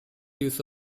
use